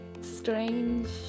Strange